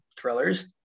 thrillers